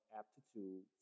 aptitude